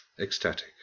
ecstatic